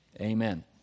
Amen